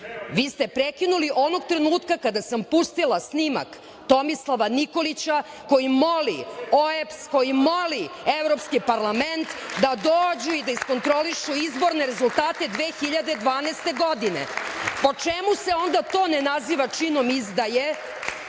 Vi ste prekinuli onog trenutka kada sam pustila snimak Tomislava Nikolića, koji moli OEBS, koji moli Evropski parlament da dođu i da iskontrolišu izborne rezultate 2012. godine. Po čemu se onda to ne naziva činom izdaje,